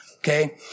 Okay